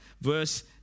verse